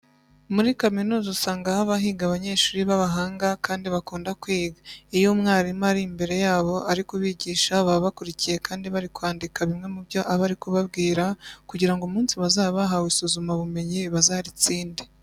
Muri kaminuza usanga haba higa abanyeshuri b'abahanga kandi bakunda kwiga. Iyo mwarimu ari imbere yabo ari kubigisha, baba bakurikiye kandi bari kwandika bimwe mu byo aba ari kubabwira kugira ngo umunsi bazaba bahawe isuzumabumenyi bazaritsinde.